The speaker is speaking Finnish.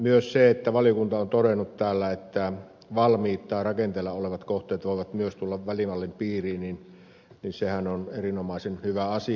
myös se että valiokunta on todennut että valmiit tai rakenteilla olevat kohteet voivat myös tulla välimallin piiriin on erinomaisen hyvä asia